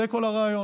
זה כל הרעיון.